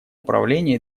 управления